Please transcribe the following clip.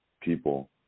people